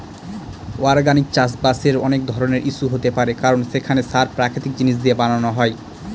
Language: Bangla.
অর্গানিক চাষবাসের অনেক ধরনের ইস্যু হতে পারে কারণ সেখানে সার প্রাকৃতিক জিনিস দিয়ে বানানো হয়